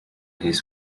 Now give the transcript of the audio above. his